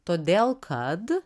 todėl kad